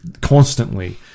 constantly